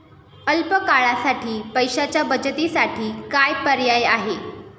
अल्प काळासाठी पैशाच्या बचतीसाठी काय पर्याय आहेत?